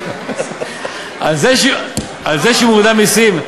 על זה שהיא מורידה מסים.